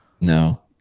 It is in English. No